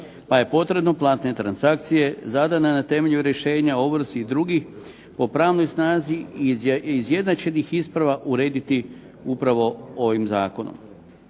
pa je potrebno platne transakcije zadane na temelju rješenja o ovrsi i drugih po pravnoj snazi izjednačenih isprava urediti upravo ovim zakonom.